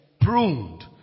pruned